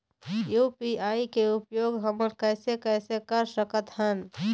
UPI के उपयोग हमन कैसे कैसे कर सकत हन?